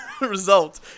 result